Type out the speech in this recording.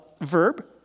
verb